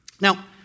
Now